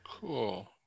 cool